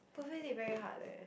perfect date very hard leh